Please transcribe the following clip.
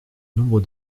nombre